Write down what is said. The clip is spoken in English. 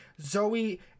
Zoe